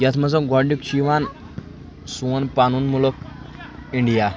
یَتھ منٛز گۄڈنیُک چھُ یِوان سون پَنُن مُلُک اِنڈیا